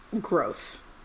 growth